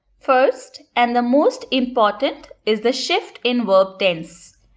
first, and the most important is the shift in verb tense.